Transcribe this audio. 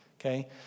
okay